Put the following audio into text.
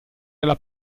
della